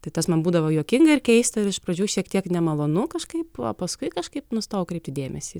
tai tas man būdavo juokinga ir keista ir iš pradžių šiek tiek nemalonu kažkaip paskui kažkaip nustojau kreipti dėmesį